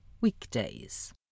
weekdays